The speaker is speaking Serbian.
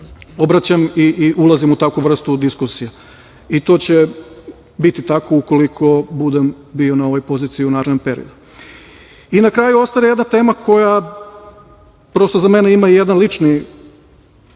obraćam i ulazim u takvu vrstu diskusije, i to će biti tako ukoliko budem bio na ovoj poziciji u narednom periodu. Na kraju, ostaje jedna tema koja za mene ima jedan lični